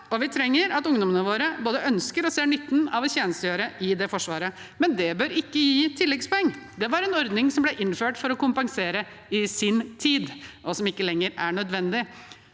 og vi trenger at ungdommene våre både ønsker og ser nytten av å tjenestegjøre i Forsvaret, men det bør ikke gi tilleggspoeng. Det var en ordning som ble innført for å kompensere i sin tid, og som ikke lenger er nødvendig.